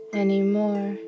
anymore